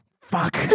Fuck